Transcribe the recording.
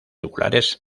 regulares